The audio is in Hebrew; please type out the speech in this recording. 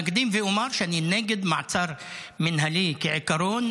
אקדים ואומר שאני נגד מעצר מינהלי כעיקרון,